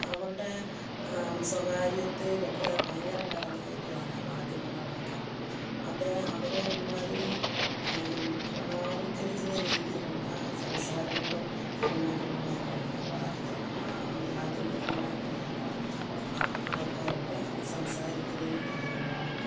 അവരുടെ സ്വകാര്യതയിലൊക്കെ ഭയങ്കരം കടന്നുകയറ്റമാണ് മാധ്യമങ്ങൾക്കൊക്കെ അത് അവരെ ഒരുമാതിരി തൃണവൽക്കരിക്കുന്ന രീതിയിലുള്ള സംസാരങ്ങളും പെരുമാറ്റങ്ങളും ഒക്കെയാണേ വാർത്ത മാധ്യമങ്ങളുമായി ബന്ധപ്പെട്ട ആ ആൾക്കാരൊക്കെ സംസാരിക്കുന്നതും എടുക്കുന്നതും ഒക്കെ